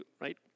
right